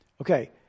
Okay